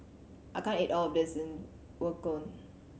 I can't eat all of this Gyudon